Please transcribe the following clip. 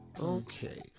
Okay